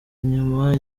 inyuma